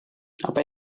apa